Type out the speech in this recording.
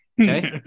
Okay